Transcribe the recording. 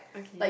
okay